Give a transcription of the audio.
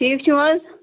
ٹھیٖک چھُو حظ